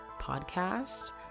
podcast